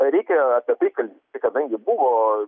reikia apie tai kalbėti kadangi buvo